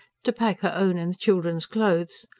to pack her own and the children's clothes,